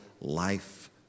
life